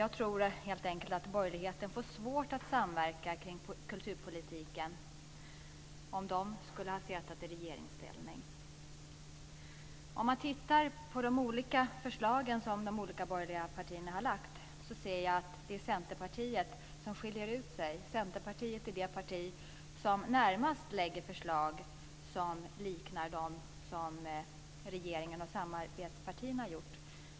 Jag tror helt enkelt att borgerligheten skulle få svårt att samverka kring kulturpolitiken om de skulle sitta i regeringsställning. När jag tittar på de olika förslag som de borgerliga partierna har lagt fram ser jag att det är Centerpartiet som skiljer ut sig. Centerpartiet är det parti som lägger fram förslag som mest liknar de förslag som regeringen och samarbetspartierna har lagt fram.